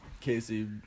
Casey